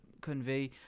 convey